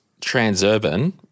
Transurban